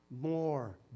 more